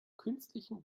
künstlichen